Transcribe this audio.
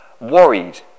worried